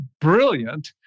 brilliant